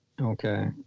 okay